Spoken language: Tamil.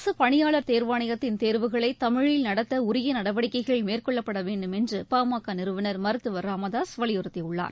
அரசுபணியாளர் தேர்வாணையத்தின் தேர்வுகளைதமிழில் நடத்தஉரியநடவடிக்கைகள் மேற்கொள்ளப்படவேண்டும் என்றுபாமகநிறுவனர் மருத்துவர் ச ராமதாகவலியுறுத்தியுள்ளார்